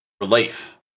relief